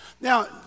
Now